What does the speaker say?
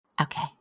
Okay